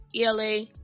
ELA